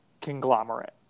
conglomerate